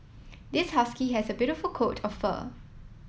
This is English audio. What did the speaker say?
this husky has beautiful coat of fur